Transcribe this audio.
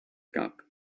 cup